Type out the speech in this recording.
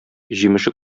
җимеше